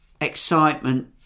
excitement